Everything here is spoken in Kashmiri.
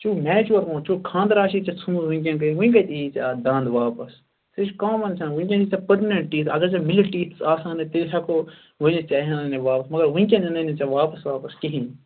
ژٕ چھُکھ میچُوَر گومُت ژٕ چھُکھ خاندر آسی ژے ژھٕنمُت وٕنکٮ۪ن کٔرِتھ ؤنہِ کَتہِ یی ژے اَتھ دَند واپَس سُہ چھُ کامَن سٮ۪نٕس وٕنکٮ۪ن یی ژےٚ پٔرمٕنَنٹ ٹیٖتھ اَگر ژےٚ مِلِک ٹیٖتھٕس آسہہٕ ہنٕے تیٚلہِ ہیکو ؤنِتھ ژےٚ ییٖنٕے یِم واپَس مگر ووٕنکٮ۪ن ییٖنٕے نہٕ ژےٚ واپَس واپَس کِہیٖنۍ